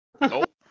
Nope